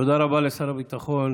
תודה רבה לשר הביטחון